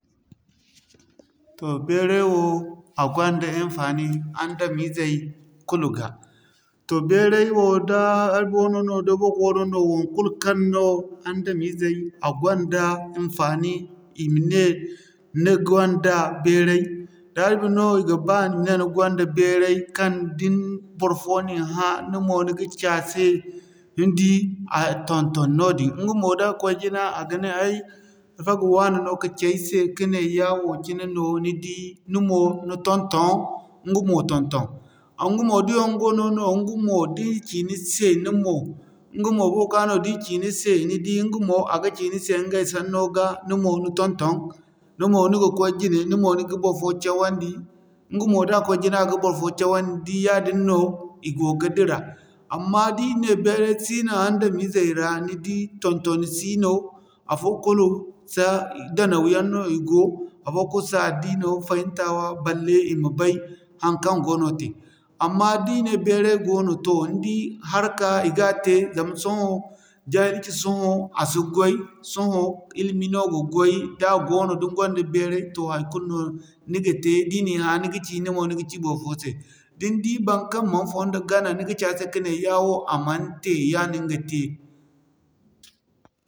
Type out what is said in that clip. Toh beeray wo, a gonda hinfaani a dam-izey kul ga. Toh beeray wo, da Arabic wane no, da Boko wane no, wankul kaŋ no, adam-izey a gonda hinfaani i ma ne ni gonda beeray. Da Arabic no, i ga ba i ma ney ni gonda beeray kaŋ da borfo nin hã mo ni ga ci a se ni di a ton-ton noodin. Iŋga mo da koy jina a ga ne ay alfaga wane no ka ci ay se ka ne yaawo cine no, ni di, ni mo ni ton-ton, iŋga mo ton-ton. Iŋga mo da yongo wano no, inga mo da i ci ni se ni mo, iŋga mo booka no da i ci ni se ni di iŋga mo a ga ci ni se iŋgay sanno ga ni mo ni ton-ton. Ni mo ni ga koy jine, ni mo ni ga borfo cawandi iŋga mo da koy jine a ga borfo cawandi yaadin no i go ga dira. Amma di ne beeray sino adam-izey ra, ni di ton-toni sino, afo kulu so danaw yaŋ no i go, afo kulu si addino fahimtawa balle i ma bay haŋkaŋ goono tey. Amma di ney beeray goono toh, ni di haraka i gan tey zama sohõ, jahilci sohõ a si gway sohõ ilimi no ga gway. Da a goono ni gonda beeray toh haikulu no ni ga tey di nin hã ni ga ci, ni mo ni ga ci borfo se. Din di baŋkaŋ man fondo gana ni ga ci ase kane yaawo a man tey yawo niŋga tey.